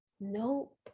nope